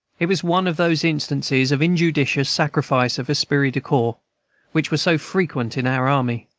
it was one of those instances of injudicious sacrifice of esprit de corps which were so frequent in our army.